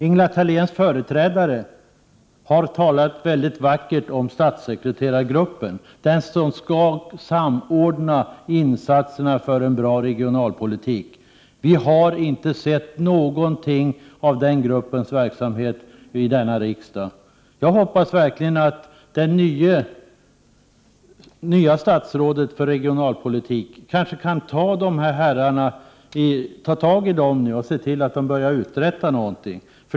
Ingela Thaléns företrädare har talat mycket vackert om statssekreterargruppen, den som skall samordna insatserna för en bra regionalpolitik. Vi har inte sett någonting av den gruppens verksamhet i denna riksdag. Jag hoppas verkligen att det nya statsrådet för regionalpolitiken kan ta tag i dessa herrar och se till att de börjar uträtta någonting.